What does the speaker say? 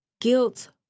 guilt